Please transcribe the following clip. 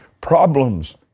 Problems